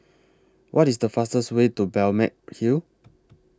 What IS The fastest Way to Balmeg Hill